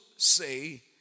say